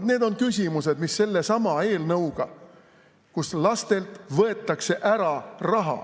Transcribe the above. Need on küsimused, mis [tekivad] sellesama eelnõuga, kus lastelt võetakse ära raha